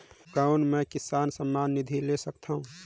कौन मै किसान सम्मान निधि ले सकथौं?